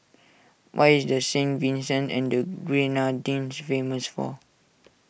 what is Saint Vincent and the Grenadines famous for